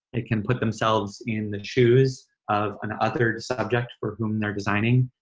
they can put themselves in the shoes of an authored subject for whom they're designing.